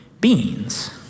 beings